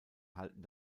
halten